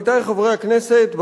עמיתי חברי הכנסת,